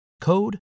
code